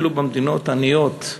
ואפילו במדינות העניות,